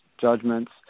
judgments